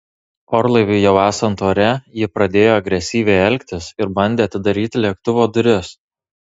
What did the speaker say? orlaiviui jau esant ore ji pradėjo agresyviai elgtis ir bandė atidaryti lėktuvo duris